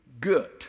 good